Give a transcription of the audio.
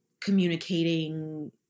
communicating